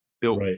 built